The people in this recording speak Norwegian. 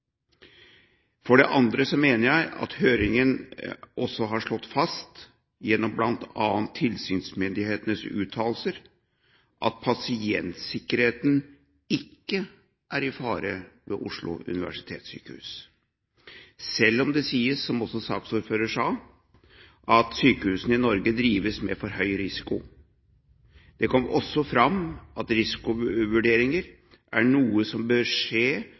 For det andre mener jeg at høringen også har slått fast, gjennom bl.a. tilsynsmyndighetenes uttalelser, at pasientsikkerheten ikke er i fare ved Oslo universitetssykehus, selv om det sies, som også saksordføreren sa, at sykehusene i Norge drives med for høy risiko. Det kom også fram at risikovurderinger er noe som bør skje